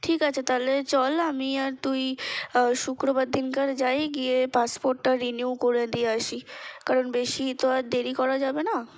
ঠিক আছে তাহলে চল আমি আর তুই শুক্রবার দিনকার যাই গিয়ে পাসপোর্টটা রিনিউ করে দিয়ে আসি কারণ বেশি তো আর দেরি করা যাবে না